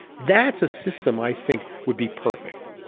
that's a system i think would be perfect.